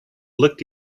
looked